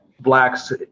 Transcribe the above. blacks